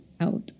out